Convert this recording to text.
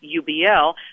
UBL